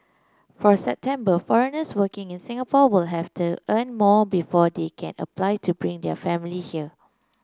from September foreigners working in Singapore will have to earn more before they can apply to bring their family here